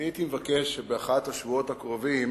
הייתי מבקש שבאחד השבועות הקרובים